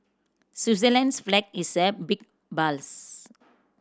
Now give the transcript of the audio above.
Switzerland's flag is a big plus